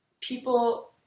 people